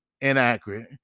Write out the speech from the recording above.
inaccurate